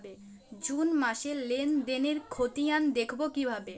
June মাসের লেনদেনের খতিয়ান দেখবো কিভাবে?